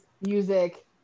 music